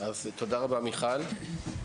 תודה רבה, מיכל.